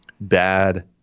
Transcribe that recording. bad